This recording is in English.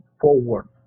forward